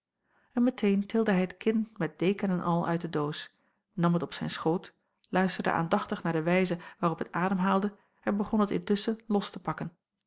en meteen tilde hij het kind met deken en al uit de doos nam het op zijn schoot luisterde aandachtig naar de wijze waarop het ademhaalde en begon het intusschen los te pakken